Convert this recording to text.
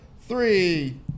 three